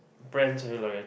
brands are you loyal